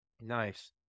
Nice